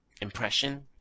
impression